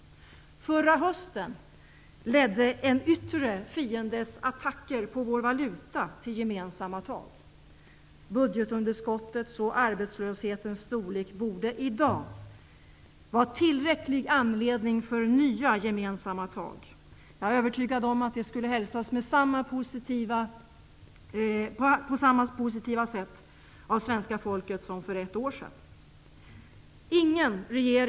Förra hösten ledde en yttre fiendes attacker på vår valuta till gemensamma tag. Budgetunderskottets och arbetslöshetens storlek borde i dag var tillräcklig anledning för nya gemensamma tag. Jag är övertygad om att det skulle hälsas på samma positiva sätt av svenska folket som för ett år sedan. Herr talman!